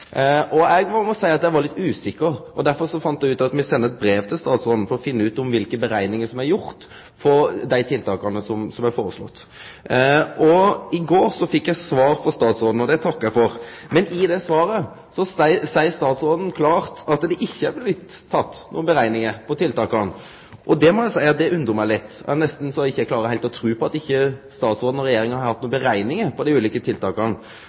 Eg må seie eg var litt usikker. Derfor fann eg ut at me sender eit brev til statsråden for å finne ut kva for berekningar som er blitt gjorde for dei tiltaka som er foreslåtte. I går fekk eg svar frå statsråden, og det takkar eg for. Men i det svaret seier statsråden klart at det ikkje er blitt gjort berekningar for tiltaka. Det må eg seie at undrar meg litt, det er nesten så eg ikkje heilt greier å tru på at statsråden og Regjeringa ikkje har berekningar for dei ulike tiltaka. Derfor blir mitt enkle spørsmål: Stemmer det at statsråden og Regjeringa ikkje har